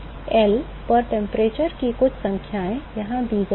L पर तापमान और कुछ संख्याएँ यहाँ दी गई हैं